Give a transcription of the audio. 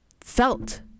felt